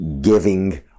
giving